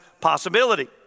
possibility